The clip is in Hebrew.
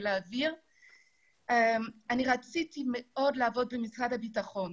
האוויר - רציתי מאוד לעבוד במשרד הביטחון.